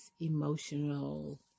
emotional